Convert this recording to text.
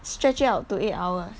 stretch it out to eight hours